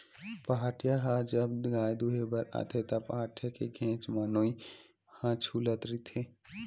पहाटिया ह जब गाय दुहें बर आथे त, पहाटिया के घेंच म नोई ह छूलत रहिथे